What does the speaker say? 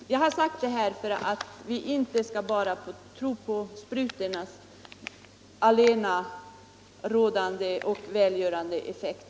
Men man skall som sagt inte hysa någon övertro på sprutornas välgörande effekt.